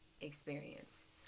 experience